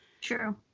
True